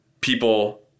people